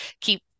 Keep